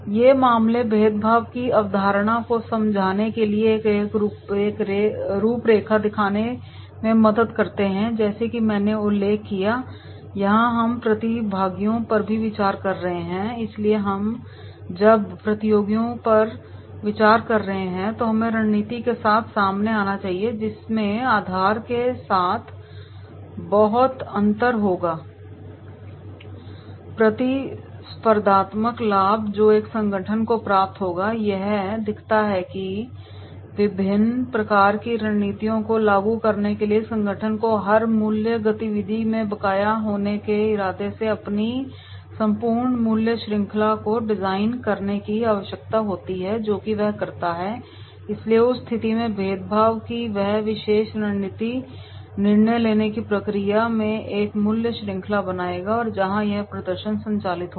ये मामले भेदभाव की अवधारणा को समझने के लिए एक रूपरेखा दिखाने में मदद करते हैं जैसा कि मैंने उल्लेख किया है कि यहां हम प्रतियोगियों पर भी विचार कर रहे हैं इसलिए जब हम प्रतियोगियों पर विचार कर रहे हैं तो हमें रणनीति के साथ सामने आना चाहिए जिसमें आधार के साथ बहुत अंतर होगा प्रतिस्पर्धात्मक लाभ जो एक संगठन को प्राप्त होगा यह दिखाता है कि विभिन्न प्रकार की रणनीति को लागू करने वाले संगठन को हर मूल्य गतिविधि में बकाया होने के इरादे से अपनी संपूर्ण मूल्य श्रृंखला को डिजाइन करने की आवश्यकता होती है जो वह करता है और इसलिए उस स्थिति में भेदभाव की यह विशेष रणनीति निर्णय लेने की प्रक्रिया में एक मूल्य श्रृंखला बनाएगा और जहां यह प्रदर्शन संचालित होगा